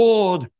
Lord